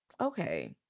Okay